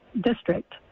district